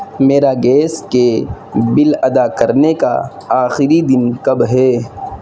میرا گیس کے بل ادا کرنے کا آخری دن کب ہے